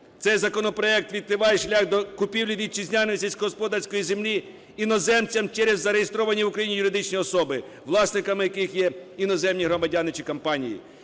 Цей законопроект відкриває шлях до купівлі вітчизняної сільськогосподарської землі іноземцям через зареєстровані в Україні юридичні особи, власниками яких є іноземні громадяни чи компанії.